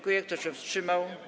Kto się wstrzymał?